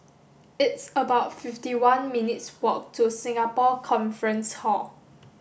it's about fifty one minutes' walk to Singapore Conference Hall